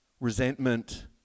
Resentment